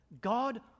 God